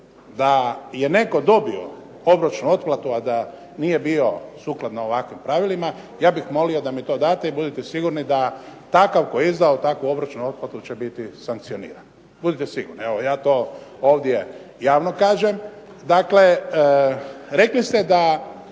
da je netko dobio obročnu otplatu, a da nije bio sukladno ovakvim pravilima ja bih molio da mi to date i budite sigurni da takav, koji je izdao takvu obročnu otplatu će biti sankcioniran. Budite sigurni, evo ja to ovdje javno kažem. Dakle, rekli ste mnogi